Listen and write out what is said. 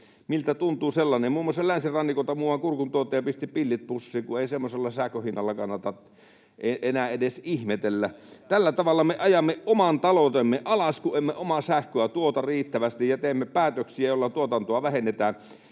Miltä tuntuu sellainen? Muun muassa länsirannikolta muuan kurkuntuottaja pisti pillit pussiin, kun ei semmoisella sähkön hinnalla kannata enää edes ihmetellä. Tällä tavalla me ajamme oman taloutemme alas, kun emme omaa sähköä tuota riittävästi ja teemme päätöksiä, joilla tuotantoa vähennetään.